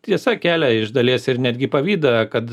tiesa kelia iš dalies ir netgi pavydą kad